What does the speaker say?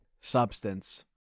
substance